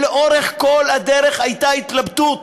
לאורך כל הדרך הייתה התלבטות.